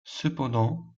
cependant